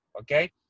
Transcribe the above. okay